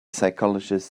psychologist